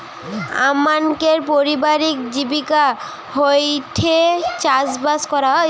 আমানকের পারিবারিক জীবিকা হয়ঠে চাষবাস করা